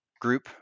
group